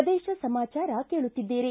ಪ್ರದೇಶ ಸಮಾಚಾರ ಕೇಳುತ್ತಿದ್ದೀರಿ